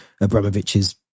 Abramovich's